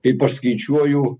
kaip aš skaičiuoju